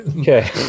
Okay